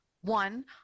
one